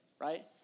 right